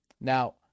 Now